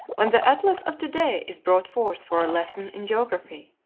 when the atlas of to-day is brought forth for a lesson in geography?